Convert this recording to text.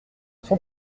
son